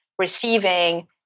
receiving